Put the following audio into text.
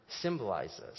symbolizes